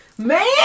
Man